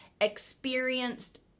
experienced